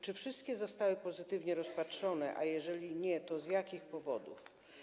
Czy wszystkie zostały pozytywnie rozpatrzone, a jeżeli nie, to z jakich powodów?